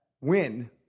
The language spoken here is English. win